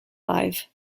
live